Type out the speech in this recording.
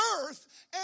earth